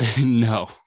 No